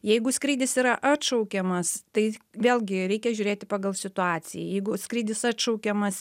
jeigu skrydis yra atšaukiamas tai vėlgi reikia žiūrėti pagal situaciją jeigu skrydis atšaukiamas